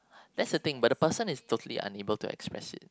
that's the thing but the person is totally unable to express it